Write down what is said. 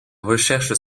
recherche